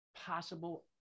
possible